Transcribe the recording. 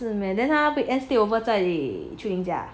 是 meh then 他 weekend 去哪里秋铃家啊